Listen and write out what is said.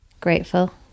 grateful